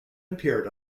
appeared